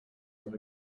that